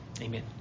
Amen